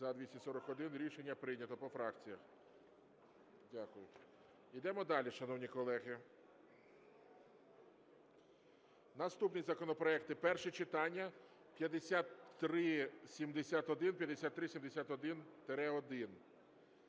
За-241 Рішення прийнято. По фракціях. Дякую. Йдемо далі, шановні колеги. Наступні законопроекти. Перше читання. 5371,